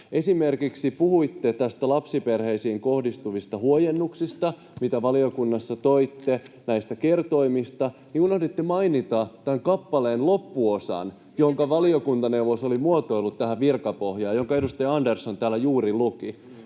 Esimerkiksi kun puhuitte näistä lapsiperheisiin kohdistuvista huojennuksista, mitä valiokunnassa toitte, näistä kertoimista, niin unohditte mainita tämän kappaleen loppuosan, jonka valiokuntaneuvos oli muotoillut tähän virkapohjaan, jonka edustaja Andersson täällä juuri luki.